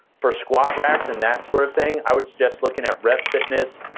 for squat racks and that sort of thing i would suggest looking at rep fitness,